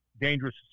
dangerous